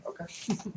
Okay